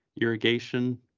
irrigation